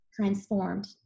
transformed